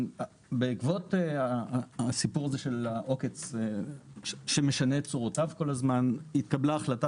בעקבות הסיפור הזה של העוקץ שמשנה את צורותיו כל הזמן התקבלה החלטה